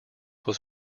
was